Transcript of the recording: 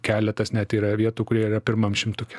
keletas net yra vietų kurie yra pirmam šimtuke